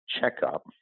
checkup